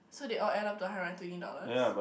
so they all add up to a hundred and twenty dollars